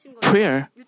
prayer